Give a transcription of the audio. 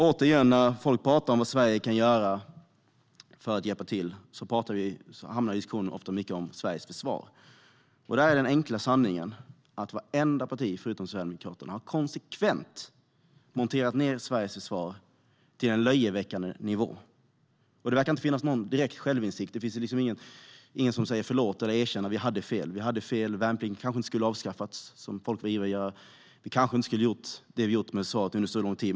Återigen: När folk talar om vad Sverige kan göra för att hjälpa till handlar diskussionen ofta mycket om Sveriges försvar. Den enkla sanningen är att vartenda parti förutom Sverigedemokraterna konsekvent har monterat ned Sveriges försvar till en löjeväckande nivå. Det verkar inte finnas någon direkt självinsikt. Det finns ingen som säger förlåt eller som erkänner att de hade fel. Ingen säger: Vi hade fel. Värnplikten kanske inte skulle ha avskaffats, som folk var ivriga att göra. Vi kanske inte skulle ha gjort det vi gjorde med försvaret under så lång tid.